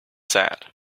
said